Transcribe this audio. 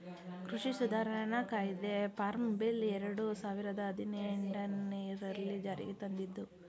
ಕೃಷಿ ಸುಧಾರಣಾ ಕಾಯ್ದೆ ಫಾರ್ಮ್ ಬಿಲ್ ಎರಡು ಸಾವಿರದ ಹದಿನೆಟನೆರಲ್ಲಿ ಜಾರಿಗೆ ತಂದಿದ್ದು